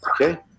Okay